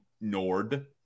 Nord